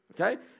Okay